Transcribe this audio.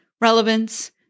relevance